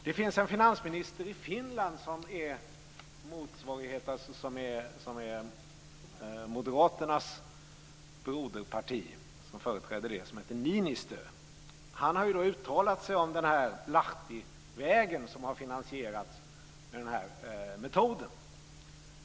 Det finns en finansminister i Finland som företräder Moderaternas broderparti, som heter Niinistö. Han har uttalat sig om Lahtisvägen, som har finansierats med den här metoden.